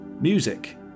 Music